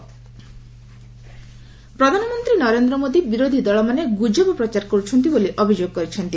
PM Agra ପ୍ରଧାନମନ୍ତ୍ରୀ ନରେନ୍ଦ୍ର ମୋଦି ବିରୋଧୀଦଳ ମାନେ ଗ୍ରଜବ ପ୍ରଚାର କରୁଛନ୍ତି ବୋଲି ଅଭିଯୋଗ କରିଛନ୍ତି